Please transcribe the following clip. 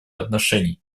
отношений